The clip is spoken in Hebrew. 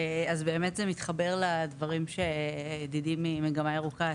אז באמת זה מתחבר לדברים שידידי ממגמה ירוקה ציין,